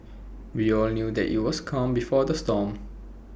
we all knew that IT was calm before the storm